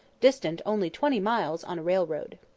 distant only twenty miles on a railroad.